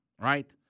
right